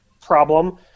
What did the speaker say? problem